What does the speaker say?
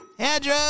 Andrew